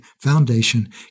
foundation